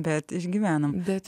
bet išgyvenome bet